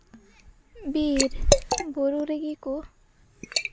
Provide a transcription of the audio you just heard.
ᱵᱤᱨ ᱵᱩᱨᱩ ᱨᱮᱜᱮ ᱠᱚ